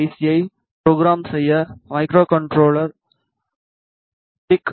சியை program செய்ய microcontroller B